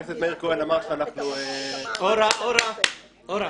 גור רוזנבלט,